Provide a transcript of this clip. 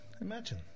Imagine